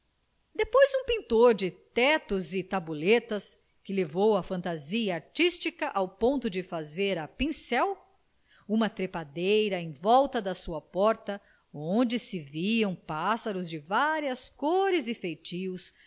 depois um pintor de tetos e tabuletas que levou a fantasia artística ao ponto de fazer a pincel uma trepadeira em volta da sua porta onde se viam pássaros de várias cores e feitios